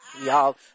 Y'all